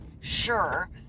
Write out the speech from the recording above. sure